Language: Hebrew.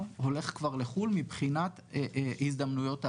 זהו, אנחנו סיימנו.